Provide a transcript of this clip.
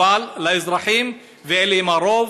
לאזרחים ואלה הרוב,